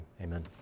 Amen